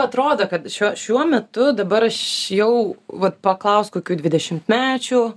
atrodo kad šiuo šiuo metu dabar aš jau vat paklausk kokių dvidešimtmečių